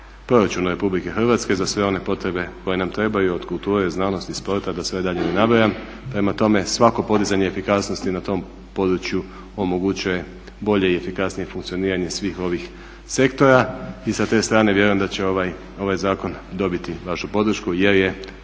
proračunu Republike Hrvatske za sve one potrebe koje nam trebaju, od kulture, znanosti, sporta, da sve dalje ne nabrajam. Prema tome, svako podizanje efikasnosti na tom području omogućuje bolje i efikasnije funkcioniranje svih ovih sektora i sa te strane vjerujem da će ovaj zakon dobiti vašu podršku jer je